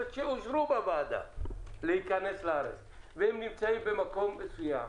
שאושרו בוועדה להיכנס לארץ והם נמצאים במקום מסוים,